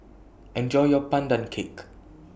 Enjoy your Pandan Cake